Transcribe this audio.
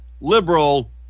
liberal